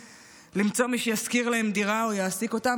למצוא מי שישכיר להם דירה או יעסיק אותם,